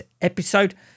episode